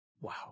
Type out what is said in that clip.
Wow